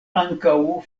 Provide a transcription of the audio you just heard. ankaŭ